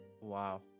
Wow